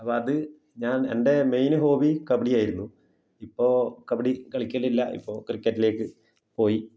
അപ്പോൾ അത് ഞാൻ എൻ്റെ മെയിൻ ഹോബി കബഡി ആയിരുന്നു ഇപ്പോൾ കബഡി കളിക്കലില്ല ഇപ്പോൾ ക്രിക്കറ്റിലേക്ക് പോയി